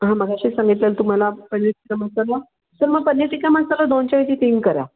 हां मघाशीच सांगितलेलं तुम्हाला पनीर टिक्का मसाला सर मग पनीर टिक्का मसाला दोनच्या ऐवजी तीन करा